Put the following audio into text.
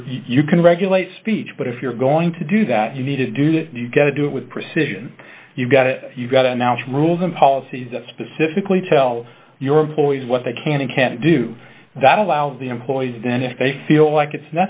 you're you can regulate speech but if you're going to do that you need to do that you gotta do it with precision you've got to you've got to announce rules and policies that specifically tell your employees what they can and can't do that allows the employees then if they feel like it's